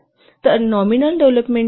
तर nominal development time equal to 2